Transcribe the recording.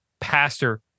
pastor